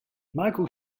michael